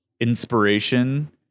inspiration